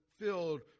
filled